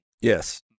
Yes